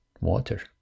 water